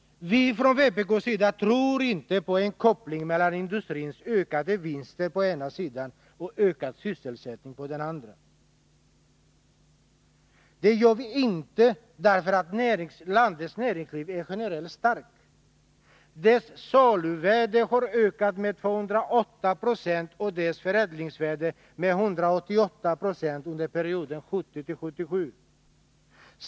Vi från vpk tror inte på en koppling mellan industrins ökade vinster på den ena sidan och ökad sysselsättning på den andra. Landets näringsliv är generellt starkt. Dess saluvärde har ökat med 208 960 och dess förädlingsvärde med 188 26 under perioden 1970-1977.